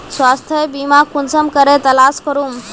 स्वास्थ्य बीमा कुंसम करे तलाश करूम?